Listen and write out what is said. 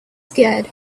scared